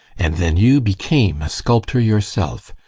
and then you became a sculptor yourself.